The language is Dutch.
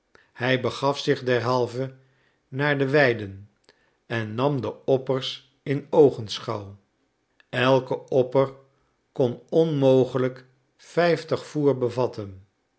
hij begaf zich derhalve naar de weiden en nam de oppers in oogenschouw elke opper kon onmogelijk vijftig voer bevatten